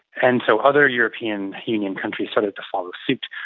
and so other european union countries started to follow suit.